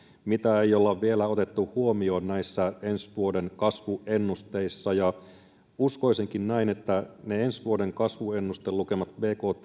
mitä ei ole vielä otettu huomioon näissä ensi vuoden kasvuennusteissa ja uskoisinkin näin että ne ensi vuoden kasvuennustelukemat